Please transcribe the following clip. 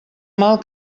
mal